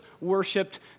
worshipped